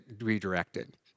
redirected